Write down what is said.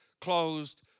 closed